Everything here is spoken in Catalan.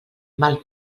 mal